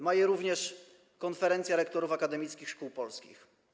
Ma je również Konferencja Rektorów Akademickich Szkół Polskich.